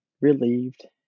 relieved